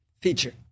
feature